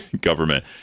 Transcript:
government